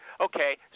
Okay